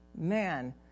Man